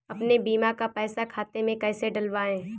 अपने बीमा का पैसा खाते में कैसे डलवाए?